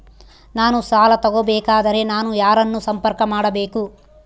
ನಾನು ಸಾಲ ತಗೋಬೇಕಾದರೆ ನಾನು ಯಾರನ್ನು ಸಂಪರ್ಕ ಮಾಡಬೇಕು?